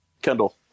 Kendall